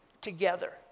together